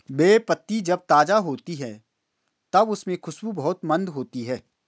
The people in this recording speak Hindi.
बे पत्ती जब ताज़ा होती है तब उसमे खुशबू बहुत मंद होती है